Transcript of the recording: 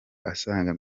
asaga